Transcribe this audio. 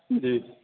جی